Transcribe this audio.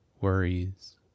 worries